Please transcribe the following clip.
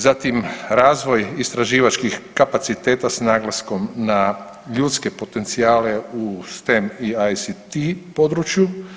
Zatim, razvoj istraživačkih kapaciteta s naglaskom na ljudske potencijale u STEAM I ACT području.